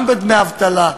גם בדמי אבטלה,